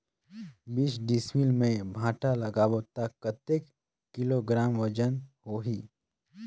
बीस डिसमिल मे भांटा लगाबो ता कतेक किलोग्राम वजन होही?